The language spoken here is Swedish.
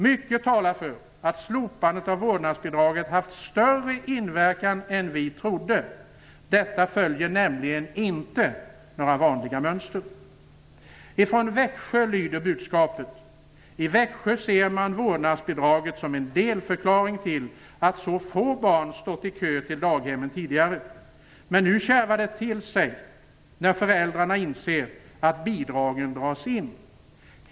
Mycket talar för att slopandet av vårdnadsbidraget har haft större inverkan än vi trodde. Detta följer nämligen inte några vanliga mönster. Ifrån Växjö lyder budskapet: I Växjö ser man vårdnadsbidraget som en delförklaring till att så få barn stått i kö till daghemmen tidigare. Men nu kärvar det till sig när föräldrarna inser att bidragen dras in.